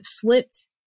flipped